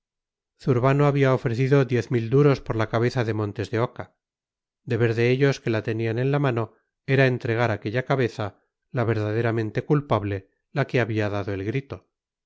zurbano había ofrecido diez mil duros por la cabeza de montes de oca deber de ellos que la tenían en la mano era entregar aquella cabeza la verdaderamente culpable la que había dado el grito